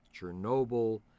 Chernobyl